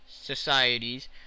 societies